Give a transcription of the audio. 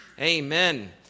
Amen